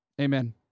Amen